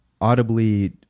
audibly